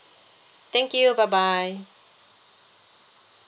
thank you bye bye